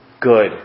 good